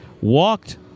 walked